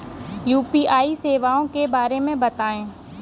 UPI सेवाओं के बारे में बताएँ?